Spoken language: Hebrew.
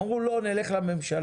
אמרו לא, נלך לממשלה.